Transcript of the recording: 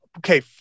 okay